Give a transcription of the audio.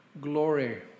glory